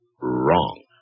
wrong